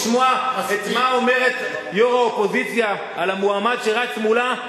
לשמוע את מה שאומרת יושבת-ראש האופוזיציה על המועמד שרץ מולה,